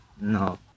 No